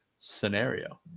scenario